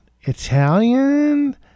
Italian